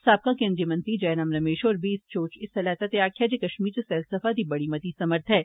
साबका केंद्री मंत्री जयराम रमेष होरें बी इस षो च हिस्सा लैता ते आक्खेआ जे कष्मीर च सैलसफा दी बड़ी मती समर्थ ऐ